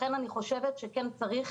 לכן אני חושבת שכן צריך,